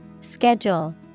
Schedule